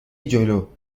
جلو